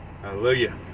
Hallelujah